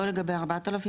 לא לגבי 4,000,